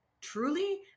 Truly